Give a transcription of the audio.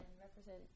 represent